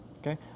Okay